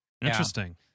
interesting